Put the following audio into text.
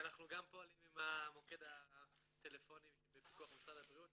אנחנו גם פועלים עם המוקד הטלפוני בפיקוח משרד הבריאות,